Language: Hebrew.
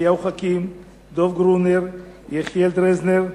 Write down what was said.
אליהו חכים, דב גרונר, יחיאל דרזנר,